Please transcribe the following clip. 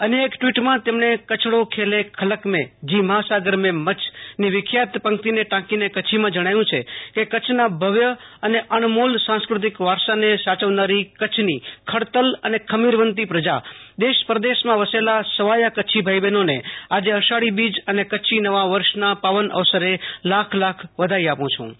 અન્ય એક ટવીટમાં તેમણે કચ્છડો ખલે ખલક મેં જી માસાગર મે મચ્છની વિખ્યાત પંક્તિને ટાંકીને કચ્છીમાં જણાવ્યું છે કે કચ્છના ભવ્ય અને અણમોલ સાંસ્કૃતિક વારસાને સાચવનારી કચ્છની ખડતલ અને ખમીરવંતી પ્રજા દેશ પરદેશમાં વસેલા સવાયા કચ્છી ભાઈ બહેનોને આજે અષાઢી બીજ અને કચ્છી નવા વર્ષના પાવન અવસરે લાખ લાખ વધાઈ આપું છૂં